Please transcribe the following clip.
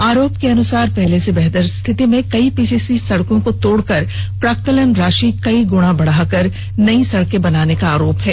आरोप के अनुसार पहले से बेहतर स्थिति में कई पीसीसी सड़कों को तोड़कर प्राक्कलित राषि कई गुणा बढ़ाकर नई सड़क बनाने का आरोप है